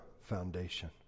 foundation